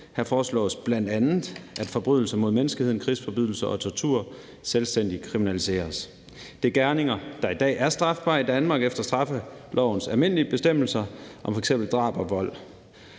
Her foreslås bl.a., at forbrydelser mod menneskeheden, krigsforbrydelser og tortur kriminaliseres selvstændigt. Det er gerninger, der i dag er strafbare i Danmark efter straffelovens almindelige bestemmelser om f.eks. drab og vold.